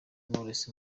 knowless